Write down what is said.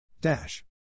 Dash